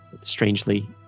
strangely